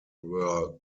were